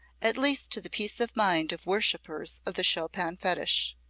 at least to the peace of mind of worshippers of the chopin fetish.